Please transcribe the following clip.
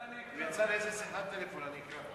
הוא יצא לאיזה שיחת טלפון, אני אקרא לו.